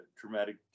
traumatic